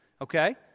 okay